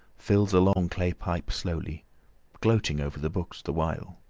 fills a long clay pipe slowly gloating over the books the while.